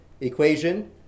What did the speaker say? equation